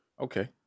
Okay